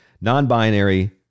Non-binary